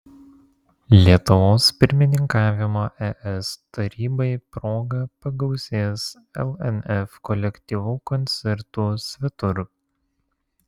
lietuvos pirmininkavimo es tarybai proga pagausės lnf kolektyvų koncertų svetur